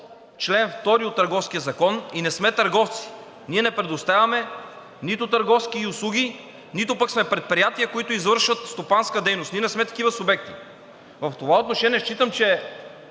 чл. 2 от Търговския закон и не сме търговци. Ние не предоставяме нито търговски услуги, нито пък сме предприятия, които извършват стопанска дейност. Ние не сме такива субекти. В това отношение считам, че